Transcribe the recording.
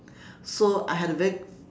so I had a very